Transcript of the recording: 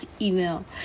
email